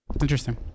Interesting